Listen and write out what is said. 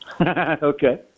Okay